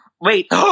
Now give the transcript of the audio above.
Wait